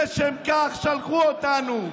לשם כך שלחו אותנו.